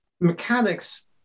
mechanics